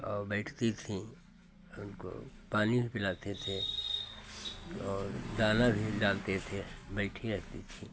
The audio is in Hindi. और बैठती थी उनको पानी भी पिलाते थे और दाना भी डालते थे बैठी रहती थी